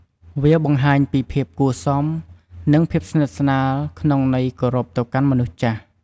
វាបង្ហាញពីភាពគួរសម និងភាពស្និទ្ធស្នាលក្នុងន័យគោរពទៅកាន់មនុស្សចាស់។